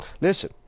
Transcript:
Listen